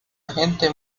agente